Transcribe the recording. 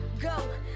go